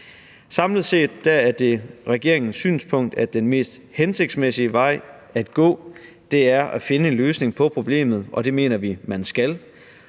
Samlet set er det regeringens synspunkt, at den mest hensigtsmæssige vej at gå er at finde en løsning på problemet – og det mener vi man skal